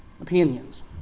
opinions